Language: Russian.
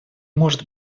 может